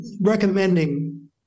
recommending